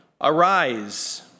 arise